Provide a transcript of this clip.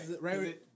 Right